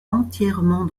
entièrement